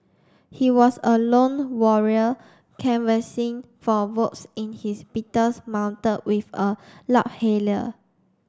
he was a lone warrior canvassing for votes in his Beetle mounted with a loudhailer